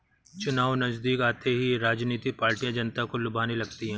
चुनाव नजदीक आते ही राजनीतिक पार्टियां जनता को लुभाने लगती है